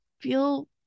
feel